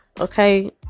Okay